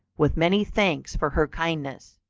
with many thanks for her kindness.